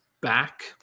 back